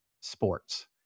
sports